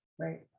right